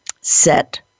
set